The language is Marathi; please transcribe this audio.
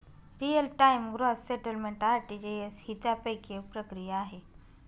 real time gross settlement RTGS ही त्यापैकी एक प्रक्रिया आहे